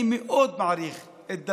אני מאוד מעריך את דרכך.